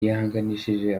yihanganishije